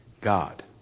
God